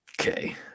Okay